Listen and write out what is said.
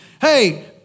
hey